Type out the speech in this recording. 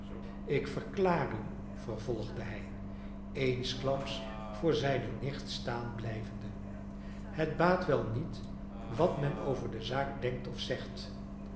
ik verklaar u vervolgde hij eensklaps voor zijne nicht staan blijvende het baat wel niet wat men over de zaak denkt of zegt